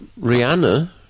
Rihanna